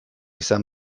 izan